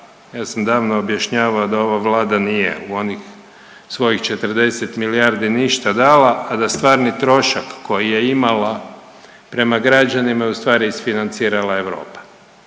Ja sam davno objašnjavao da ova vlada nije u onih svojih 40 milijardi ništa dala, a da stvarni trošak koji je imala prema građanima je ustvari isfinancirala Europa.